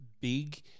big